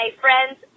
Friends